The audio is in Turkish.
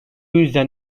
yüzden